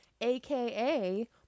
aka